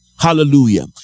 hallelujah